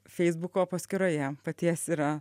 feisbuko paskyroje paties yra